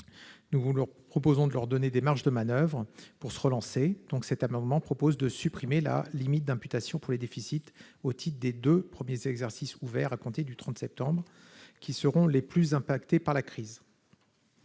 collègues, de leur donner des marges de manoeuvre pour se relancer, en supprimant la limite d'imputation pour les déficits au titre des deux premiers exercices ouverts à compter du 30 septembre, qui seront les plus impactés par la crise.